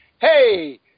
hey